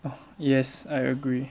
yes I agree